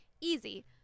Easy